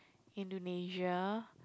Indonesia